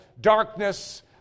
darkness